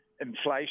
inflation